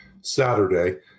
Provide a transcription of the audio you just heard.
Saturday